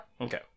Okay